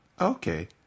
Okay